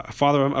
father